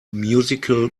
musical